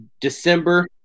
December